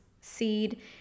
seed